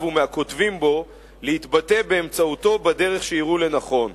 ומהכותבים בו להתבטא באמצעותו בדרך שיראו לנכון.